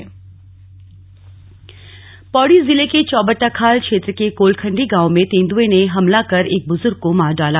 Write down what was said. तेंदुआ पौड़ी ज़िले के चौबट्टाखाल क्षेत्र के कोलखण्डी गांव में तेंदुए ने हमला कर एक बुजुर्ग को मार डाला